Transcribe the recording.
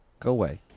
go away.